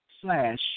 slash